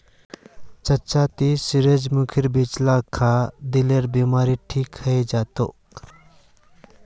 चच्चा ती सूरजमुखीर बीज ला खा, दिलेर बीमारी ठीक हइ जै तोक